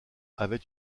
avait